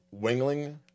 Wingling